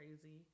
crazy